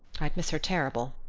i'd miss her terrible.